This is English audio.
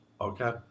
okay